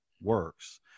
works